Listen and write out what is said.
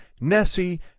Nessie